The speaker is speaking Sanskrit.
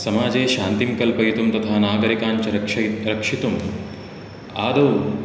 समाजे शान्तिं कल्पयितुं तथा नागरिकान् च रक्षयि रक्षितुं आदौ